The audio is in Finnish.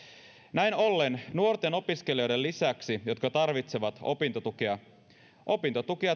näin ollen nuorten opiskelijoiden lisäksi jotka tarvitsevat opintotukea opintotukea